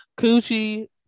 Coochie